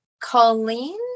Colleen